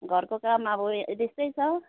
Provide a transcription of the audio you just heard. घरको काम अब त्यसतै छ